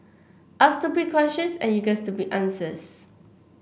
ask stupid questions and you get stupid answers